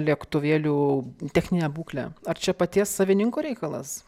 lėktuvėlių techninę būklę ar čia paties savininko reikalas